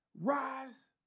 Rise